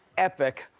epic,